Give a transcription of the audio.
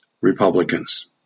Republicans